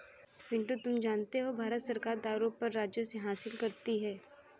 पिंटू तुम जानते हो भारत सरकार दारू पर राजस्व हासिल करती है